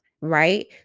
right